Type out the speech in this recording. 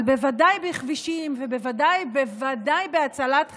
אבל בוודאי בכבישים, ובוודאי בוודאי בהצלת חיים,